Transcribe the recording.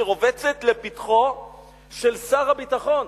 שרובצת לפתחו של שר הביטחון.